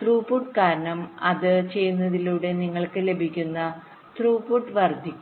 throughput കാരണം അത് ചെയ്യുന്നതിലൂടെ നിങ്ങൾക്ക് ലഭിക്കുന്ന ത്രൂപുട്ട് വർദ്ധിക്കുന്നു